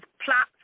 plots